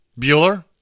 Bueller